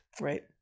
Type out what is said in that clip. right